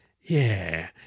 Yeah